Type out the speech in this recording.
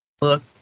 look